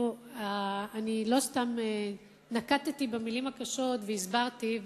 לא סתם נקטתי את המלים הקשות והסברתי.